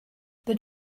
but